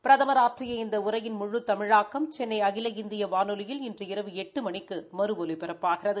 பிரதமர் ஆற்றிய இந்த உரையின் முழு தமிழாக்கம் சென்னை அகில இந்திய வானொலியில் இன்று இரவு எட்டு மணிக்கு மறு ஒலிபரப்பாகிறது